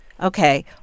Okay